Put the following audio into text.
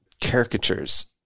caricatures